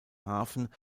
hafen